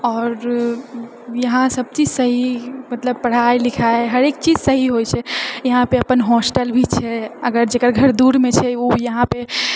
आओर इहाँ सभचीज सही मतलब पढ़ाइ लिखाइ हरेक चीज सही होइ छै इहाँपे अपन होस्टल भी छै अगर जकर घर दूरमे छै ओ इहाँपे